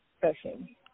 session